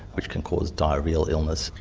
which can cause diarrhoeal illness.